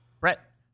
Brett